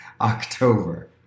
October